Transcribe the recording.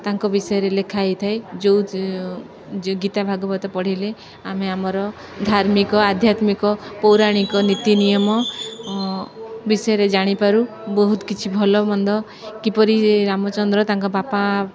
ତାଙ୍କ ବିଷୟରେ ଲେଖା ହେଇଥାଏ ଯେଉଁ ଗୀତା ଭାଗବତ ପଢ଼ିଲେ ଆମେ ଆମର ଧାର୍ମିକ ଆଧ୍ୟାତ୍ମିକ ପୌରାଣିକ ନୀତି ନିିୟମ ବିଷୟରେ ଜାଣିପାରୁ ବହୁତ କିଛି ଭଲ ମନ୍ଦ କିପରି ରାମଚନ୍ଦ୍ର ତାଙ୍କ ବାପା